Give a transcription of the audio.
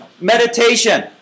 Meditation